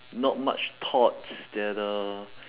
not much thoughts that uh